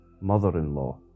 mother-in-law